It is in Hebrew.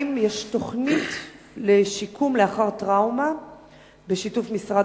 האם יש תוכנית לשיקום לאחר טראומה בשיתוף משרד